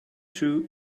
two